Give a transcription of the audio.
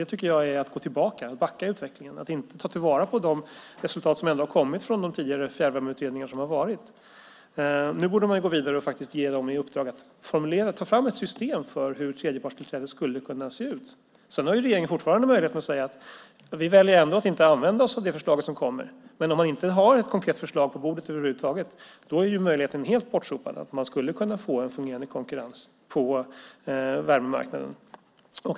Det tycker jag är att gå tillbaka och backa i utvecklingen, att inte ta till vara de resultat som har kommit från de tidigare fjärrvärmeutredningar som har varit. Nu borde man gå vidare och ge dem i uppdrag att ta fram ett system för hur tredjepartstillträdet skulle kunna se ut. Regeringen har sedan fortfarande möjlighet att säga att den väljer att inte använda sig av det förslag som kommit. Men om man inte har något konkret förslag på bordet över huvud taget är möjligheten helt bortsopad att man skulle kunna få en fungerande konkurrens på värmemarknaden.